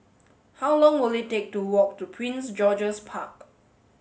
how long will it take to walk to Prince George's Park